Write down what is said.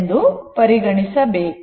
ಎಂದು ಪರಿಗಣಿಸಬೇಕು